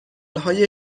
های